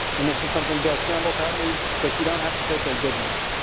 and this is something bill campbell taught me. but you don't have to take their dignity.